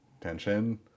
tension